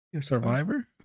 Survivor